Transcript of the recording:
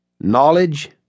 knowledge